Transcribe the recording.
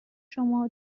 شما